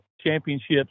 championships